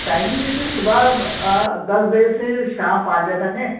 timing دیکھیے صبح دس بجے سے شام پانچ بجے تک ہے